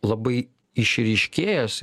labai išryškėjęs